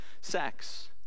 sex